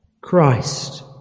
Christ